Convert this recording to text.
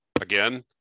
again